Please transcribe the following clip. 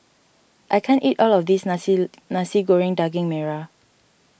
I can't eat all of this Nasi Nasi Goreng Daging Merah